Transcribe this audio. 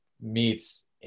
meets